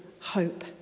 hope